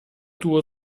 tuo